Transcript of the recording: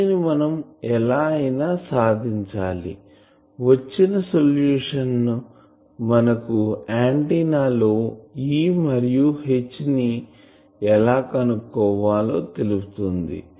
దీనిని మనం ఎలా అయినా సాధించాలి వచ్చిన సొల్యూషన్ మనకి ఆంటిన్నా లో E మరియు H ఎలా కనుక్కోవాలో తెలుపుతుంది